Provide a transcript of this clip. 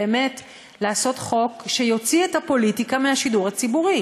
באמת לחוקק חוק שיוציא את הפוליטיקה מהשידור הציבורי.